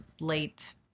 late